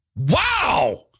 Wow